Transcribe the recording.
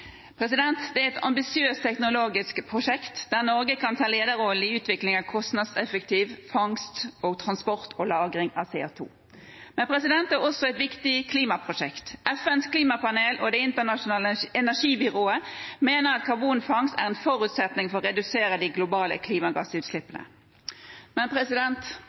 et ambisiøst teknologisk prosjekt, der Norge kan ta lederrollen i utviklingen av kostnadseffektiv fangst, transport og lagring av CO 2 . Men det er også et viktig klimaprosjekt. FNs klimapanel og Det internasjonale energibyrået mener at karbonfangst er en forutsetning for å redusere de globale klimagassutslippene. Men